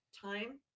time